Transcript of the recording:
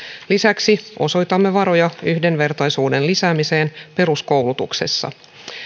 lisäksi osoitamme varoja yhdenvertaisuuden lisäämiseen peruskoulutuksessa